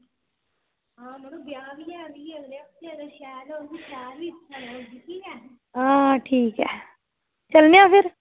आं ठीक ऐ चलने आं फिर